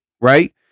right